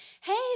hey